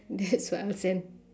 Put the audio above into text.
that's what I'll send